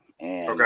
Okay